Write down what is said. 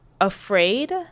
Afraid